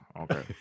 okay